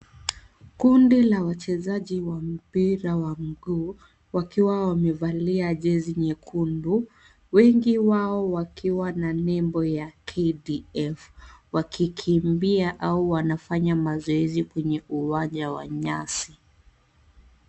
Kundi la wachezaji wa mpira wa mguu wakiwa wamevalia jezi nyekundu, wengi wao wakiwa na nembo ya KDF, wakikimbia au wanafanya mazoezi kwenye uwanja wa nyasi.